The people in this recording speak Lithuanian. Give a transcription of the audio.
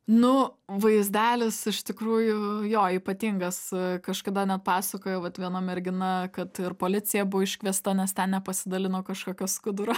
nu vaizdelis iš tikrųjų jo ypatingas kažkada net pasakojo vat viena mergina kad ir policija buvo iškviesta nes ten nepasidalino kažkokio skuduro